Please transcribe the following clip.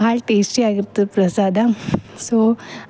ಭಾಳ ಟೇಸ್ಟಿಯಾಗಿರ್ತದೆ ಪ್ರಸಾದ ಸೊ